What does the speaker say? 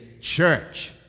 church